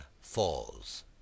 falls